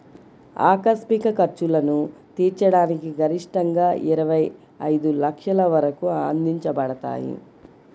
ఆకస్మిక ఖర్చులను తీర్చడానికి గరిష్టంగాఇరవై ఐదు లక్షల వరకు అందించబడతాయి